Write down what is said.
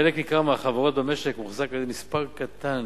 חלק ניכר מהחברות במשק מוחזק על-ידי מספר קטן